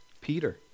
Peter